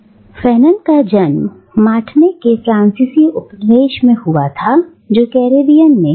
अब फैनॉन का जन्म मार्टीनिक के फ्रांसीसी उपनिवेश में हुआ था जो कैरेबियन में है